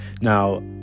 now